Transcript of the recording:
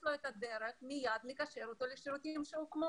לו את הדרך לקשר אותו מייד לשירותים שהוקמו.